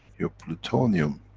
your plutonium